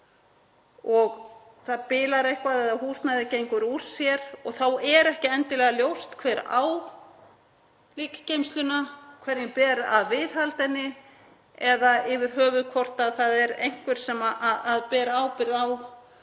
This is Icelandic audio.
Síðan bilar eitthvað eða húsnæðið gengur úr sér og þá er ekki endilega ljóst hver á líkgeymsluna, hverjum ber að viðhalda henni eða yfir höfuð hvort það er einhver sem ber ábyrgð á